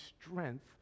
strength